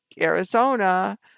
Arizona